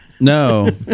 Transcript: no